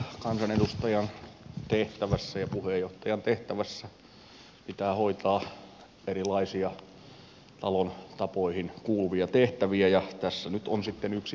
kansanedustajan tehtävässä ja puheenjohtajan tehtävässä pitää hoitaa erilaisia talon tapoihin kuuluvia tehtäviä ja tässä nyt on sitten yksi tehtävä jonka hoidan